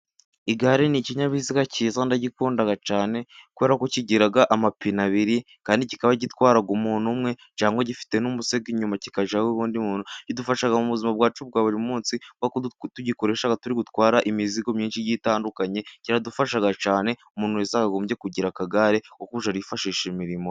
Igare ni ikinyabiziga cyiza ndagikunda cyane, kubera ko kigira amapine abiri kandi kikaba gitwara umuntu umwe cyangwa gifite n'umusego inyuma kikajyaho undi muntu, kidufasha mu buzima bwacu bwa buri munsi, kubera ko tugikoresha turi gutwara imizigo myinshi igiye itandukanye, kiradufasha cyane, umuntu wese yakagombye kugira akagare ko kujya arifashisha imirimo.